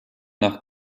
nach